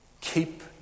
Keep